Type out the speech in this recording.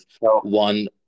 one